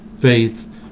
faith